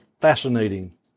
fascinating